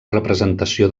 representació